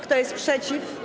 Kto jest przeciw?